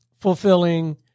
fulfilling